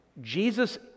Jesus